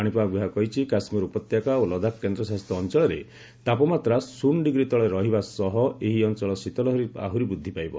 ପାଣିପାଗ ବିଭାଗ କହିଛି କାଶ୍କୀର ଉପତ୍ୟକା ଓ ଲଦାଖ କେନ୍ଦ୍ରଶାସିତ ଅଞ୍ଚଳରେ ତାପମାତ୍ରା ଶ୍ଚନ୍ୟ ଡିଗ୍ରୀ ତଳେ ରହିବା ସହ ଏହି ଅଞ୍ଚଳରେ ଶୀତଲହରୀ ଆହୁରି ବୃଦ୍ଧି ପାଇବ